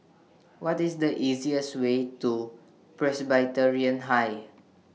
What IS The easiest Way to Presbyterian High